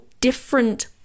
different